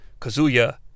Kazuya